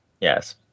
Yes